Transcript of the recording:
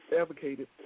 advocated